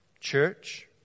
church